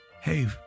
hey